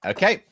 Okay